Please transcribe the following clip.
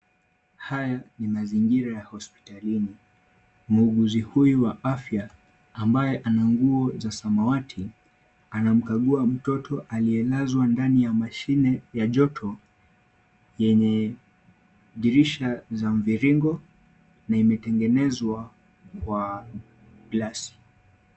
Haya ni mazingira ya hospitalini muguzi huyu wa afya ambaye ana nguo za samawati anamkagua mtoto aliyelazwa ndani ya mashine ya joto yenye dirisha za mviringo na ime tengenezwa kwa plastiki.